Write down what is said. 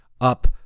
up